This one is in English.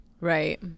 Right